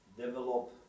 develop